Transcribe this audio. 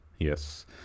Yes